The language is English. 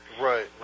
Right